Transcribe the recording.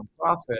nonprofit